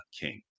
king